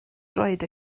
droed